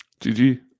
GG